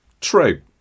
True